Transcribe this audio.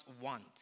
want